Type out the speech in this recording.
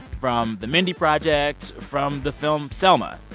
from the mindy project, from the film selma.